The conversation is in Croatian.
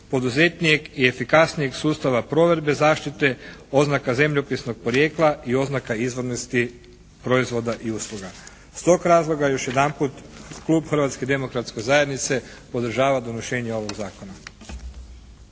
poduzetnijeg i efikasnijeg sustava provedbe zaštite oznaka zemljopisnog porijekla i oznaka izvornosti proizvoda i usluga. Iz tog razloga još jedanput klub Hrvatske demokratske zajednice podržava donošenje ovog zakona.